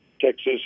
Texas